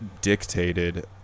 dictated